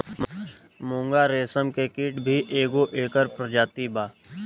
मूंगा रेशम के कीट भी एगो एकर प्रजाति बा